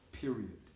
period